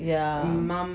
yeah